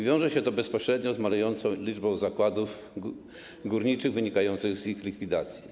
Wiąże się to bezpośrednio z malejącą liczbą zakładów górniczych, co wynika z ich likwidacji.